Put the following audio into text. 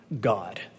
God